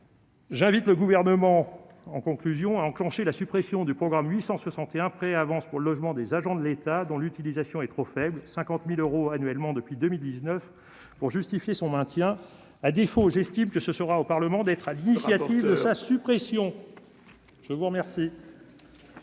J'invite le gouvernement en conclusion à enclencher la suppression du programme 861 près avance pour le logement des agents de l'État dont l'utilisation est trop faible cinquante mille euros annuellement depuis 2019 pour justifier son maintien, à défaut, j'estime que ce sera au Parlement d'être à l'initiative de sa suppression, je vous remercie.